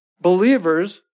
Believers